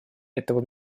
этого